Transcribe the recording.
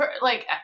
Like-